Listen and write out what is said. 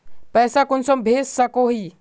पैसा कुंसम भेज सकोही?